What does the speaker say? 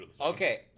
Okay